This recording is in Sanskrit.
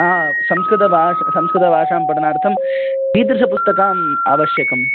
संस्कृतभाषा संस्कृतभाषां पठनार्थं कीदृशपुस्तकम् आवश्यकं